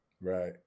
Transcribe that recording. right